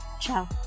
Ciao